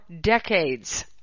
decades